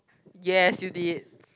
yes you did